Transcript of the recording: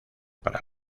para